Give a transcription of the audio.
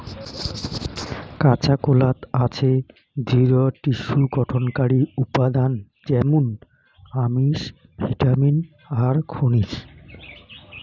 কাঁচাকলাত আছে দৃঢ টিস্যু গঠনকারী উপাদান য্যামুন আমিষ, ভিটামিন আর খনিজ